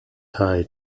tie